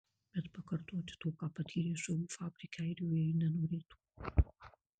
bet pakartoti to ką patyrė žuvų fabrike airijoje ji nenorėtų